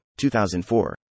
2004